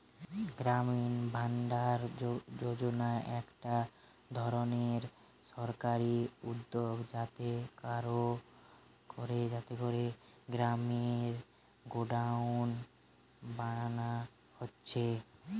গ্রামীণ ভাণ্ডার যোজনা একটা ধরণের সরকারি উদ্যগ যাতে কোরে গ্রামে গোডাউন বানানা হচ্ছে